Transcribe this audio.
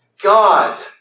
God